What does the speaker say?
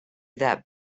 that